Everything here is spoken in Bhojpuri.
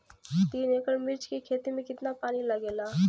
तीन एकड़ मिर्च की खेती में कितना पानी लागेला?